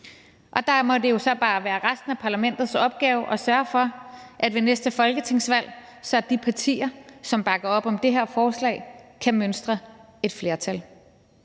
Der må det så bare være resten af parlamentets opgave at sørge for, at ved næste folketingsvalg kan de partier, som bakker op om det her forslag, mønstre et flertal.